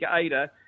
Ada